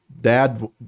Dad